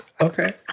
Okay